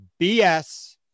BS